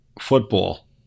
football